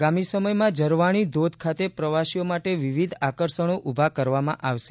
આગામી સમયમાં ઝરવાણી ધોધ ખાતે પ્રવાસીઓ માટે વિવિધ આકર્ષણો ઊભા કરવામાં આવશે